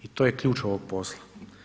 I to je ključ ovog posla.